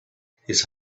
his